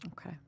Okay